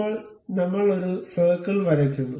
ഇപ്പോൾ ഞങ്ങൾ ഒരു സർക്കിൾ വരയ്ക്കുന്നു